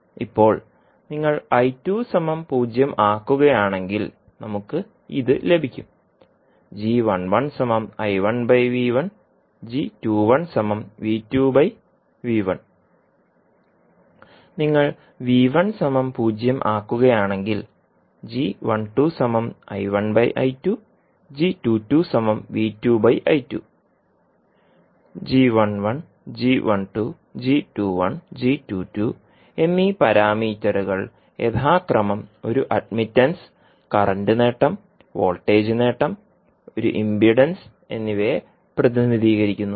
ഇപ്പോൾ നിങ്ങൾ 0 ആക്കുകയാണെങ്കിൽ നമുക്ക് ഇത് ലഭിക്കും നിങ്ങൾ 0 ആക്കുകയാണെങ്കിൽ എന്നീ പാരാമീറ്ററുകൾ യഥാക്രമം ഒരു അഡ്മിറ്റൻസ് കറന്റ് നേട്ടം വോൾട്ടേജ് നേട്ടം ഒരു ഇംപിഡൻസ് എന്നിവയെ പ്രതിനിധീകരിക്കുന്നു